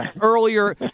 earlier